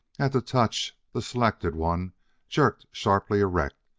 at the touch the selected one jerked sharply erect,